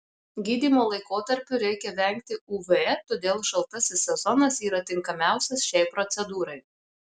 gydymo laikotarpiu reikia vengti uv todėl šaltasis sezonas yra tinkamiausias šiai procedūrai